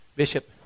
Bishop